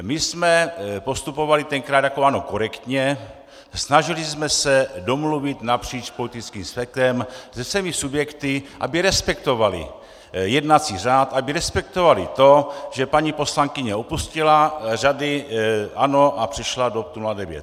My jsme postupovali tenkrát jako ANO korektně, snažili jsme se domluvit napříč politickým spektrem se všemi subjekty, aby respektovaly jednací řád, aby respektovaly to, že paní poslankyně opustila řady ANO a přešla do TOP 09.